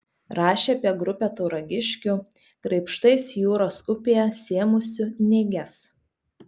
rašė apie grupę tauragiškių graibštais jūros upėje sėmusių nėges